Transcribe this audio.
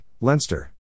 Leinster